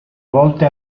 volte